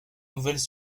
nouvelles